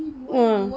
uh